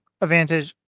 advantage